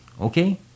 okay